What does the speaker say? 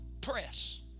press